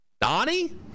Donnie